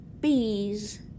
Bees